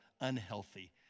unhealthy